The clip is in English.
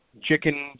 chicken